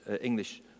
English